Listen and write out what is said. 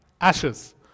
ashes